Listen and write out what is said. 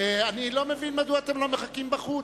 אני לא מבין מדוע אתם לא מחכים בחוץ,